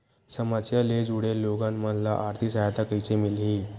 समस्या ले जुड़े लोगन मन ल आर्थिक सहायता कइसे मिलही?